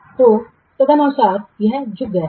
तो तदनुसार यह झुक गया है